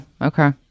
Okay